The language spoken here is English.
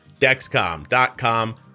Dexcom.com